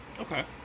Okay